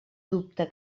dubte